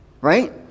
right